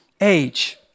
age